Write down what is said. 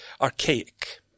archaic